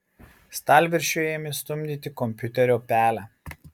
stalviršiu ėmė stumdyti kompiuterio pelę